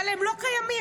אבל הם לא קיימים.